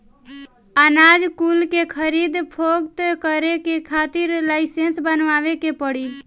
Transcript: अनाज कुल के खरीद फोक्त करे के खातिर लाइसेंस बनवावे के पड़ी